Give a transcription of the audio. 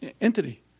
entity